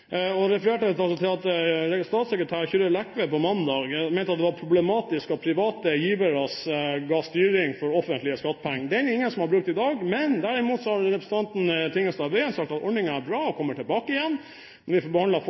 jeg refererte til at statssekretær Kyrre Lekve på mandag mente at det var problematisk at private givere var styrende for offentlige skattepenger. Det er det ingen som har brukt i dag. Derimot har representanten Tingelstad Wøien sagt at ordningen er bra og kommer tilbake igjen når vi skal behandle forskningsmeldingen. Tora Aasland har sagt at ordningen er for